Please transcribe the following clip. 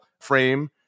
frame